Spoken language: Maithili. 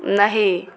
नहि